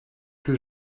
que